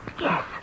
Yes